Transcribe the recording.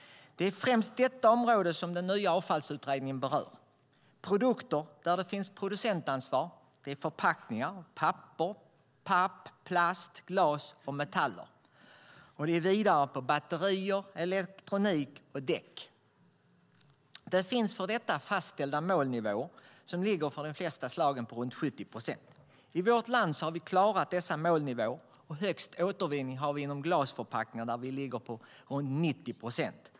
Det är främst detta område som den nya avfallsutredningen berör. Produkter där det finns producentansvar är förpackningar av papper, papp, plast, glas och metaller samt batterier, elektronik och däck. Det finns för detta fastställda målnivåer, vilka för de flesta slagen ligger på runt 70 procent. I vårt land har vi klarat dessa målnivåer, och högst återvinning har vi inom glasförpackningar där den ligger på runt 90 procent.